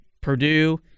Purdue—